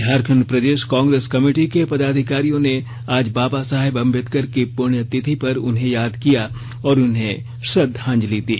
झारखंड प्रदेश कांग्रेस कमेटी के पदाधिकारियों ने आज बाबा साहेब अंबेदकर की पुण्यतिथि पर उन्हें याद किया और उन्हें श्रद्धांजलि दी